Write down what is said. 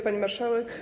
Pani Marszałek!